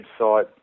website